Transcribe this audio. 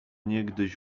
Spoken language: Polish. niegdyś